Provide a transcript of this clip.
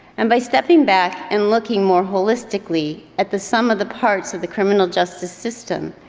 and by stepping back and looking more holistically at the some of the parts of the criminal justice system,